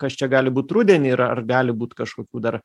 kas čia gali būt rudenį ir ar gali būt kažkokių dar